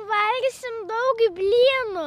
valgysim daug blynų